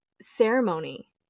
ceremony